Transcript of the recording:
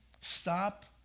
stop